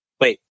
Wait